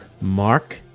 Mark